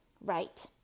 right